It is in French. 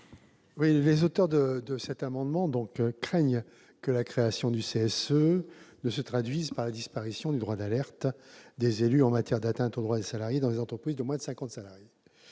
? Les auteurs de cet amendement craignent que la création du CSE ne se traduise par la disparition du droit d'alerte des élus en matière d'atteinte aux droits des salariés dans les entreprises de moins de 50 salariés.